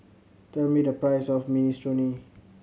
tell me the price of Minestrone